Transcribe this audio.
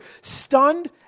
stunned